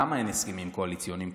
למה אין הסכמים קואליציוניים?